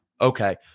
Okay